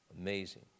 amazing